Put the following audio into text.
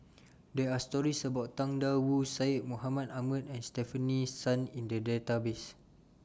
There Are stories about Tang DA Wu Syed Mohamed Ahmed and Stefanie Sun in The Database